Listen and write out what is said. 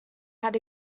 had